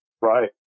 Right